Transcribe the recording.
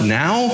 now